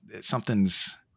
something's